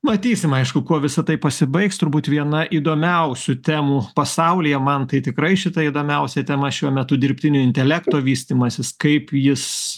matysim aišku kuo visa tai pasibaigs turbūt viena įdomiausių temų pasaulyje man tai tikrai šita įdomiausia tema šiuo metu dirbtinio intelekto vystymasis kaip jis